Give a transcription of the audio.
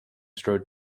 strode